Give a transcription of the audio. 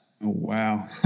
wow